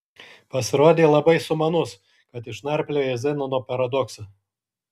pasirodei labai sumanus kad išnarpliojai zenono paradoksą